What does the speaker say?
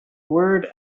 word